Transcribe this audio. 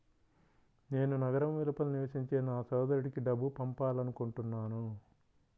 నేను నగరం వెలుపల నివసించే నా సోదరుడికి డబ్బు పంపాలనుకుంటున్నాను